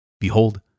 Behold